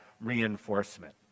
reinforcement